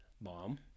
mom